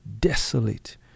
desolate